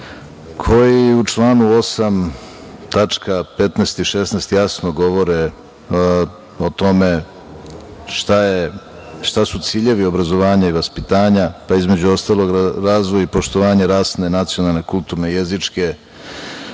koji u članu 8. tačka 15. i 16. jasno govore o tome šta su ciljevi obrazovanja i vaspitanja, pa između ostalog razvoj i poštovanje rasne, nacionalne, kulturne, jezičke,